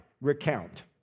Recount